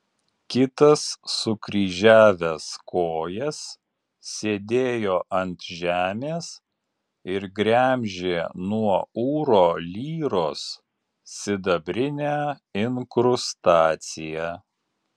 kitas sukryžiavęs kojas sėdėjo ant žemės ir gremžė nuo ūro lyros sidabrinę inkrustaciją